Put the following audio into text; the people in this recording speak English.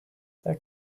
that